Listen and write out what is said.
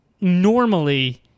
normally